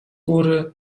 góry